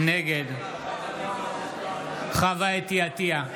נגד חוה אתי עטייה,